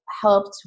helped